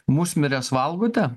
musmires valgote